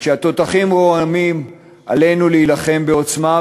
כשהתותחים רועמים עלינו להילחם בעוצמה,